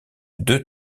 deux